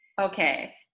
Okay